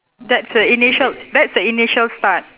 that's a initial that's the initial start